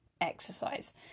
exercise